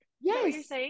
Yes